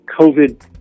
COVID